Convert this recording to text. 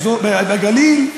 בגליל,